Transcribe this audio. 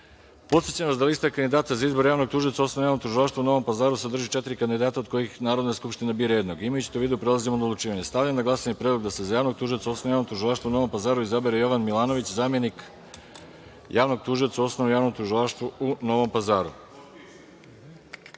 vas da lista kandidata za izbor javnog tužioca u Osnovnom javnom tužilaštvu u Novom Pazaru sadrži četiri kandidata, od kojih Narodna skupština bira jednog. Imajući to u vidu, prelazimo na odlučivanje. Stavljam na glasanje predlog da se za javnog tužioca Osnovnog javnog tužilaštva u Novom Pazaru izabere Jovan Milanović, zamenik javnog tužioca u Osnovnom javnom tužilaštvu u Novom